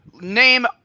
Name